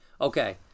okay